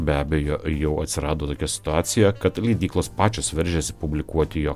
be abejo jau atsirado tokia situacija kad leidyklos pačios veržėsi publikuoti jo